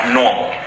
normal